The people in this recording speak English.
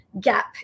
gap